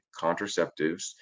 contraceptives